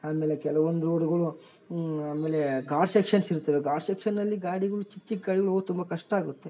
ಆಮೇಲೆ ಕೆಲ್ವಂದು ರೋಡ್ಗಳು ಆಮೇಲೆ ಗಾಟ್ ಸೆಕ್ಷನ್ಸ್ ಇರ್ತವೆ ಗಾಟ್ ಸೆಕ್ಷನಲ್ಲಿ ಗಾಡಿಗಳ್ ಚಿಕ್ಕ ಚಿಕ್ಕ ಗಾಡಿಗಳ್ ತುಂಬ ಕಷ್ಟ ಆಗುತ್ತೆ